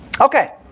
Okay